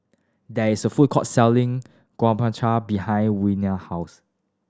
there is a food court selling Guacamole behind Warner house